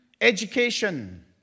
education